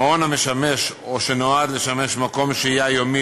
מעון המשמש או שנועד לשמש מקום שהייה יומי